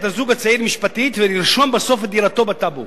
הזוג הצעיר משפטית ולרשום בסוף את דירתו בטאבו.